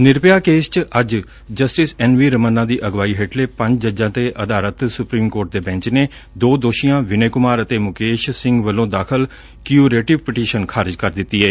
Nirbhaya case ਚ ਅੱਜ supreme justice N V Ramana ਦੀ ਅਗਵਾਈ ਹੇਠਲੇ ਪੰਜ ਜੱਜਾਂ ਤੇ ਆਧਾਰਿਤ ਸੁਪਰੀਮ ਕੋਰਟ ਦੇ ਬੈਂਚ ਨੇ ਦੋ ਦੋਸ਼ੀਆਂ ਵਿਨੇ ਕੁਮਾਰ ਅਤੇ ਮੁਕੇਸ਼ ਸਿੰਘ ਵੱਲੋਂ ਦਾਖ਼ਲ ਕਿਉਰੇਟਿਵ ਪਟੀਸ਼ਨ ਖਾਰਜ ਕਰ ਦਿੱਤੀ ਏ